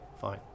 Fine